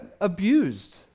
abused